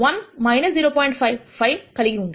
5 5 కలిగి ఉంది